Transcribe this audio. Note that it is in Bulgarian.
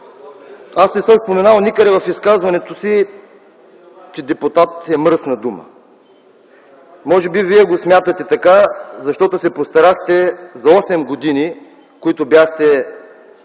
Аз не съм споменал никъде в изказването си, че депутат е мръсна дума. Може би вие го смятате така, защото се постарахте за осем години, в които бяхте